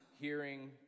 hearing